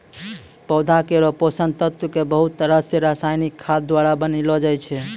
पौधा केरो पोषक तत्व क बहुत तरह सें रासायनिक खाद द्वारा बढ़ैलो जाय छै